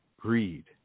greed